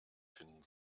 finden